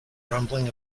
rambling